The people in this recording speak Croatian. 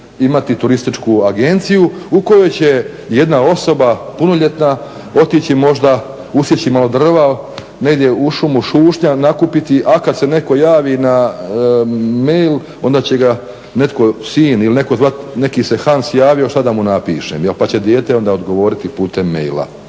imati turističku agenciju u kojoj će jedna osoba punoljetna otići možda usjeći malo drva negdje u šumu, šušnja nakupiti, a kad se netko javi na mail onda će ga netko sin ili netko zvati neki se Hans javio šta da mu napišem pa će dijete onda odgovoriti putem maila.